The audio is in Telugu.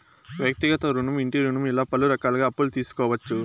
వ్యక్తిగత రుణం ఇంటి రుణం ఇలా పలు రకాలుగా అప్పులు తీసుకోవచ్చు